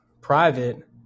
private